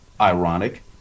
ironic